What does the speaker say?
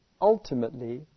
ultimately